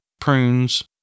prunes